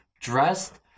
dressed